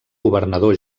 governador